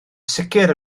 sicr